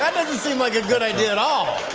um doesn't seem like a good idea at all.